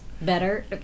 Better